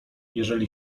jeżeli